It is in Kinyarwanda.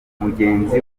mugenzi